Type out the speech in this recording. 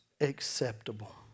Acceptable